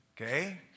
Okay